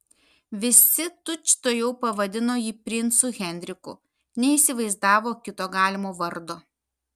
visi tučtuojau pavadino jį princu henriku neįsivaizdavo kito galimo vardo